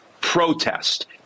protest